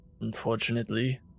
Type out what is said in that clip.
unfortunately